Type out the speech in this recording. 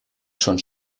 schon